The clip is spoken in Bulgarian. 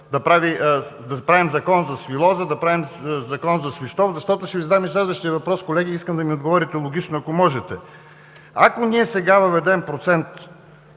да правим закон за „Свилоза“, да правим закон за Свищов. Ще Ви задам следващия ми въпрос. Колеги, искам да ми отговорите логично, ако можете: ако ние сега въведем процент